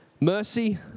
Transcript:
Mercy